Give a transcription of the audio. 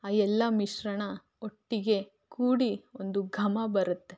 ಆ ಎಲ್ಲ ಮಿಶ್ರಣ ಒಟ್ಟಿಗೆ ಕೂಡಿ ಒಂದು ಘಮ ಬರತ್ತೆ